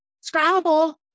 Scrabble